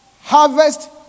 harvest